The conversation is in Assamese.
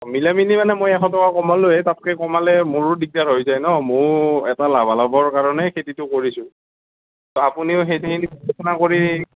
মিলাই মেলি মানে মই এশ টকা কমালোৱেই তাতকৈ কমালে মোৰো দিগদাৰ হৈ যায় ন' ময়ো এটা লাভালাভৰ কাৰণেই খেতিটো কৰিছোঁ আপুনিও সেইখিনি বিবেচনা কৰি